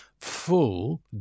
Full